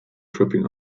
tripping